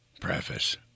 Preface